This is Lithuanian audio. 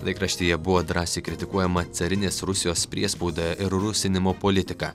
laikraštyje buvo drąsiai kritikuojama carinės rusijos priespauda ir rusinimo politika